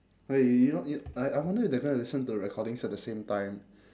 !hey! y~ you know y~ I I wonder if the guy listen to the recordings at the same time